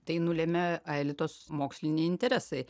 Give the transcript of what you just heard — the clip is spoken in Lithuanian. tai nulemia aelitos moksliniai interesai